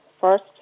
first